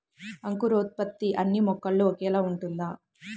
అంకురోత్పత్తి అన్నీ మొక్కల్లో ఒకేలా ఉంటుందా?